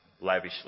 lavishly